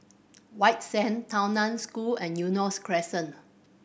White Sand Tao Nan School and Eunos Crescent